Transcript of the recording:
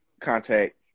contact